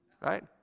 right